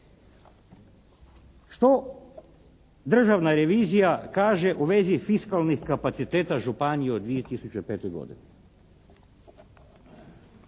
Što državna revizija kaže u vezi fiskalnih kapaciteta županije u 2005. godini?